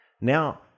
Now-